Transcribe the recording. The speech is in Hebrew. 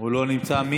לא נמצא.